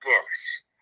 books